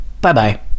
Bye-bye